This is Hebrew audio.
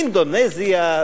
אינדונזיה,